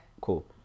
cool